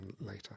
later